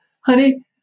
honey